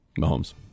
Mahomes